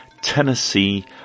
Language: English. Tennessee